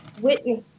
witness